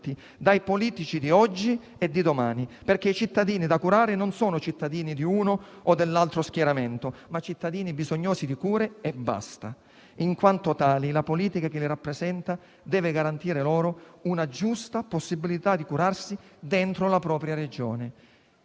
dai politici di oggi e di domani, perché i cittadini da curare non sono dell'uno o dell'altro schieramento, ma bisognosi di cure e basta. In quanto tali, la politica che li rappresenta deve garantire loro una giusta possibilità di curarsi all'interno della propria Regione.